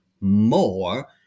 more